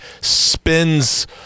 spins